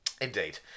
Indeed